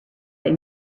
they